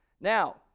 Now